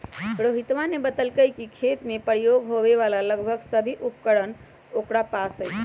रोहितवा ने बतल कई कि खेत में प्रयोग होवे वाला लगभग सभी उपकरण ओकरा पास हई